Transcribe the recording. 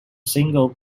single